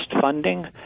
funding